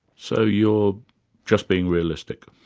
so you're just being realistic?